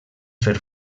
fer